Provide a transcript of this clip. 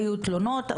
היו תלונות,